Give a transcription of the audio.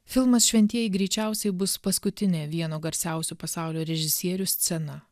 filmas šventieji greičiausiai bus paskutinė vieno garsiausių pasaulio režisierių scena